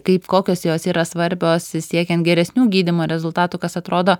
kaip kokios jos yra svarbios siekiant geresnių gydymo rezultatų kas atrodo